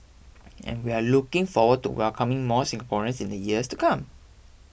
and we're looking forward to welcoming more Singaporeans in the years to come